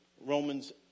Romans